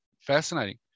fascinating